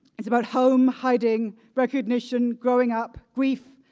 it's about home, hiding, recognition, growing up, grief.